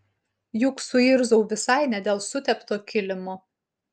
juk suirzau visai ne dėl sutepto kilimo